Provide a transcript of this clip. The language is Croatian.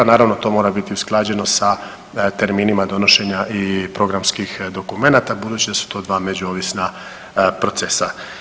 Naravno to mora biti usklađeno sa terminima donošenja i programskih dokumenata budući da su to dva međuovisna procesa.